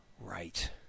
Right